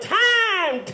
time